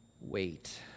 wait